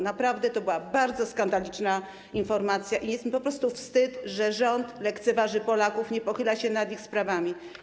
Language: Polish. Naprawdę to była bardzo skandaliczna informacja i jest mi po prostu wstyd, że rząd lekceważy Polaków, nie pochyla się nad ich sprawami.